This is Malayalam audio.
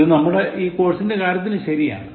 ഇത് നമ്മുടെ ഈ കോഴ്സിൻറെ കാര്യത്തിലും ശരിയാണ്